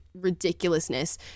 ridiculousness